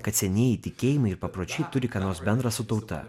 kad senieji tikėjimai ir papročiai turi ką nors bendra su tauta